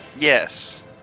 Yes